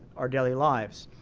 our daily lives.